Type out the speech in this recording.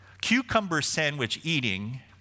cucumber-sandwich-eating